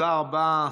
תודה רבה.